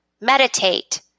meditate